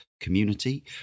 community